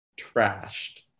trashed